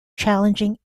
challenging